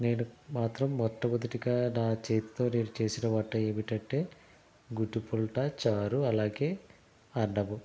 నేను మాత్రం మొట్టమొదటిగా నా చేతితో నేను చేసిన వంట ఏమిటంటే గుడ్డు పుల్టా చారు అలాగే అన్నము